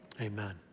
amen